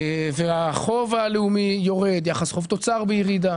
שהחוב הלאומי יורד, שיחס חוב תוצר בירידה.